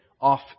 off